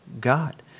god